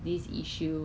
yeah